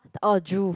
orh drool